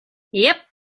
yep